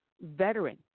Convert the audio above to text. veteran